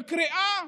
וקריאה,